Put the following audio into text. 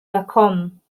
bekommen